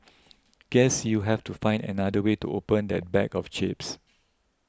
guess you have to find another way to open that bag of chips